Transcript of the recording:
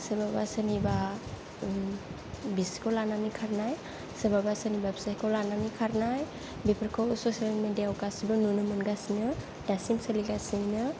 सोरबाबा सोरनिबा बिसिखौ लानानै खारनाय सोरबाब सोरनिबा फिसाइखौ लानानै खारनाय बेफोरखौ ससेल मिडियायाव गासिबो नुनो मोनगासिनो दासिम सोलिगासिनो